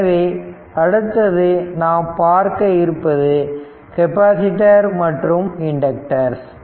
எனவே அடுத்து நாம் பார்க்க இருப்பது கெப்பாசிட்டர் மற்றும் இண்டக்டர்ஸ்